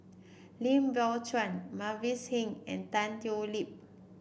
Lim Biow Chuan Mavis Hee and Tan Thoon Lip